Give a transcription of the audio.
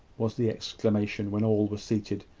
was the exclamation, when all were seated,